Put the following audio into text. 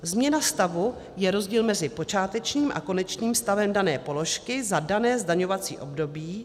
Změna stavu je rozdíl mezi počátečním a konečným stavem dané položky za dané zdaňovací období.